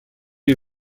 les